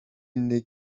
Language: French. n’est